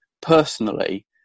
personally